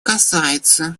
касается